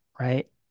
right